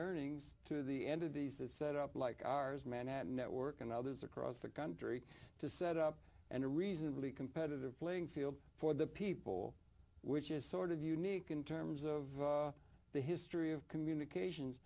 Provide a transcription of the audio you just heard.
earnings through the end of these that set up like ours manhattan network and others across the country to set up and a reasonably competitive playing field for the people which is sort of unique in terms of the history of communications